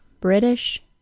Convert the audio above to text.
British